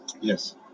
Yes